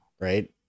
right